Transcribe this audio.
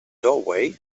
doorway